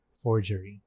forgery